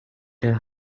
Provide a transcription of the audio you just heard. her